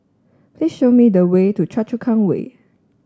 please show me the way to Choa Chu Kang Way